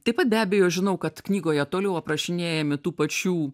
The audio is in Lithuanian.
taip pat be abejo žinau kad knygoje toliau aprašinėjami tų pačių